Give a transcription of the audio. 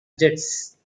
jets